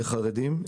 לחרדים,